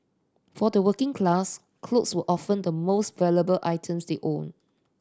for the working class clothes were often the most valuable items they owned